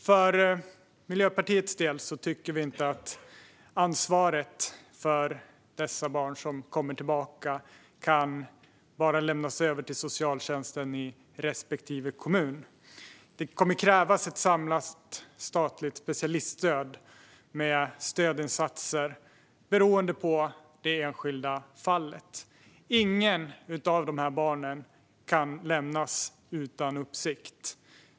För Miljöpartiets del tycker vi inte att ansvaret för de barn som kommer tillbaka bara kan lämnas över till socialtjänsten i respektive kommun. Det kommer att krävas ett samlat statligt specialiststöd med stödinsatser beroende på det enskilda fallet. Inget av dessa barn kan lämnas utan uppsikt.